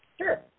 Sure